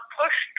push